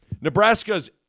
Nebraska's